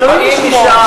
אלוהים ישמור,